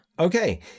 Okay